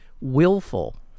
willful